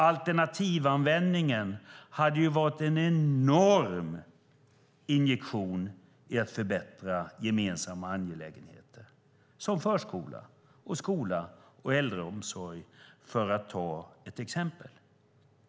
Alternativanvändningen hade varit en enorm injektion för att förbättra gemensamma angelägenheter som förskola, skola och äldreomsorg, för att ta några exempel.